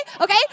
okay